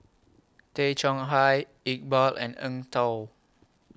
Tay Chong Hai Iqbal and Eng Tow